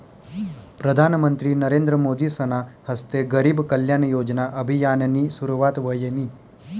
प्रधानमंत्री नरेंद्र मोदीसना हस्ते गरीब कल्याण योजना अभियाननी सुरुवात व्हयनी